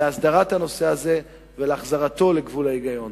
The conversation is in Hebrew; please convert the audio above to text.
להסדרת הנושא הזה ולהחזרתו לגבול ההיגיון.